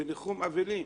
בניחום אבלים,